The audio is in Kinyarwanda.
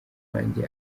wanjye